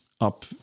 up